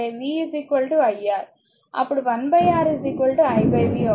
v iR అప్పుడు 1 R i v అవుతుంది